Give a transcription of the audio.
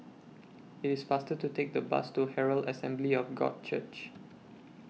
IT IS faster to Take The Bus to Herald Assembly of God Church